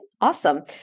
Awesome